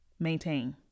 maintain